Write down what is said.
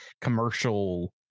commercial